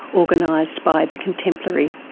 organised by the contemplary.